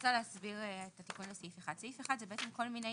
רוצה להסביר את התיקון לסעיף 1. סעיף 1 זה כל מיני